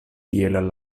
kiel